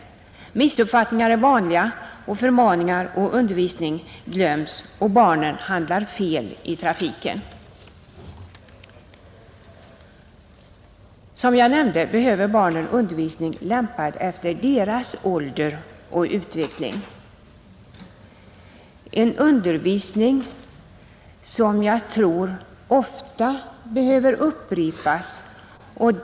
Missuppfattningar är vanliga, förmaningar och undervisning glöms, och barnen handlar fel i trafiken. Som jag nämnde behöver barnen undervisning lämpad efter deras ålder och utveckling — en undervisning som jag tror ofta behöver upprepas.